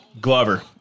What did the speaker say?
Glover